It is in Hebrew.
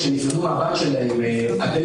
כשהם נפרדו מהבת שלהם אדל,